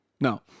No